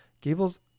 Gables